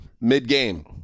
Mid-game